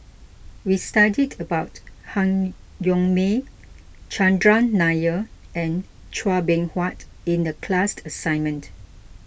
we studied about Han Yong May Chandran Nair and Chua Beng Huat in the class assignment